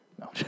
No